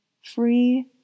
free